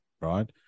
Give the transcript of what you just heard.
right